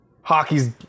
Hockey's